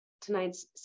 Tonight's